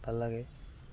ভাল লাগে